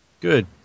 Good